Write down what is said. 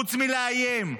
חוץ מלאיים,